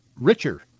richer